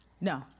No